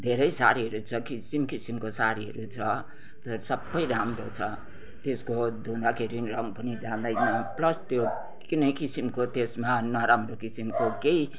धेरै साडीहरू छ किसिम किसमको साडीहरू छ सबै राम्रो छ त्यसको धुँदाखेरि रङ पनि जाँदैन प्लस त्यो कुनै किसिमको त्यसमा नराम्रो किसिमको केही